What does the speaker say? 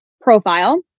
profile